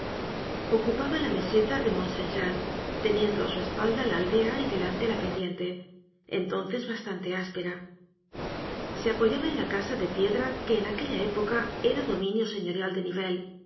ocupaba la meseta de mont saint jean teniendo á su espalda la aldea y delante la pendiente entonces bastante áspera se apoyaba en la casa de piedra que en aquella época era dominio señorial de nivelles